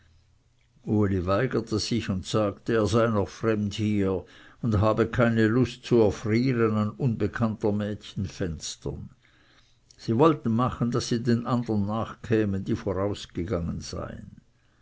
weigerte sich und sagte er sei noch fremd hier und habe keine lust zu erfrieren an unbekannter mädchen fenstern sie wollten machen daß sie den andern nachkämen die vorausgegangen seien